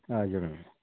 हजुर